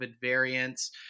variants